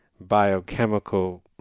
biochemical